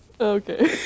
okay